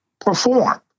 perform